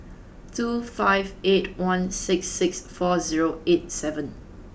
two five eight one six six four zero eight seven